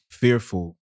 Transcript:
fearful